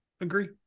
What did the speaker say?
agree